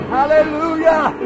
Hallelujah